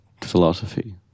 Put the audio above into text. philosophy